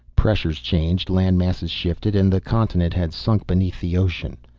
pressures changed, land masses shifted, and the continent had sunk beneath the ocean.